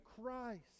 christ